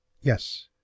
Yes